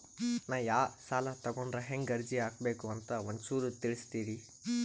ನಾವು ಯಾ ಸಾಲ ತೊಗೊಂಡ್ರ ಹೆಂಗ ಅರ್ಜಿ ಹಾಕಬೇಕು ಅಂತ ಒಂಚೂರು ತಿಳಿಸ್ತೀರಿ?